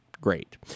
great